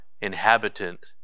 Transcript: inhabitant